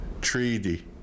Treaty